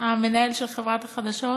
המנהל של חברת החדשות,